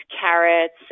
carrots